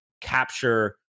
capture